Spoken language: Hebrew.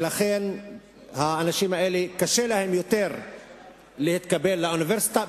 ולכן האנשים האלה קשה להם יותר להתקבל לאוניברסיטה,